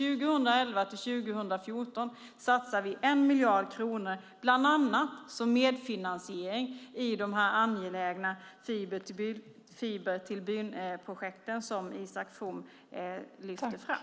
2011-2014 satsar vi 1 miljard kronor bland annat som medfinansiering i de angelägna Fiber-till-byn-projekten som Isak From lyfte fram.